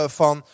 van